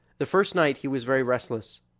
the first night he was very restless.